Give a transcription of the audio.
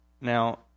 Now